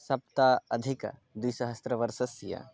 सप्त अधिक द्विसहस्रवर्षस्य